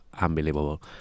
Unbelievable